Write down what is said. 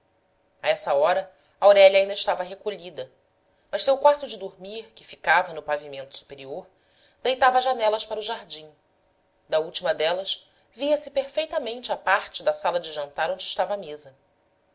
a essa hora aurélia ainda estava recolhida mas seu quarto de dormir que ficava no pavimento superior deitava janelas para o jardim da última delas via-se perfeitamente a parte da sala de jantar onde estava a mesa